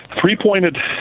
three-pointed